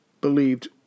believed